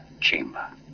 chamber